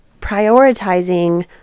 prioritizing